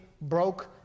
broke